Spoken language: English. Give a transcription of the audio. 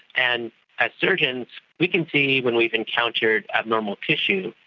and as surgeons we can see when we've encountered abnormal tissue,